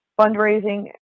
fundraising